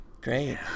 Great